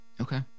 Okay